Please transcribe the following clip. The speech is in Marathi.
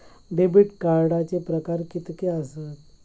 डेबिट कार्डचे प्रकार कीतके आसत?